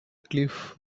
cliff